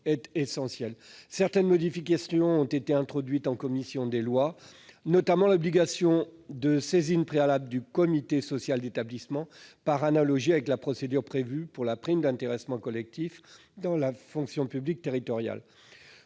est essentielle. Certaines modifications ont été introduites en commission des lois, notamment l'obligation de saisine préalable du comité social d'établissement, le CSE, par analogie avec la procédure prévue pour la prime d'intéressement collectif dans la fonction publique territoriale.